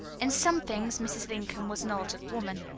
in some things mrs. lincoln was an altered woman.